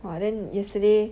!wah! then yesterday